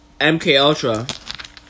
MKUltra